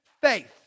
faith